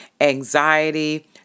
anxiety